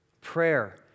Prayer